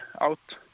out